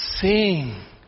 sing